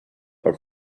are